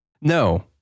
no